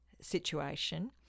situation